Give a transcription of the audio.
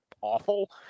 awful